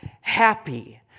happy